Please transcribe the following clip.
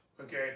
Okay